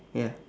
ya